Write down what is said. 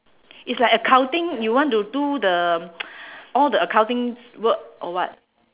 it's like accounting you want to do the all the accounting work or what